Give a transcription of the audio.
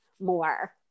more